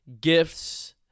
gifts